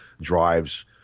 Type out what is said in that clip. drives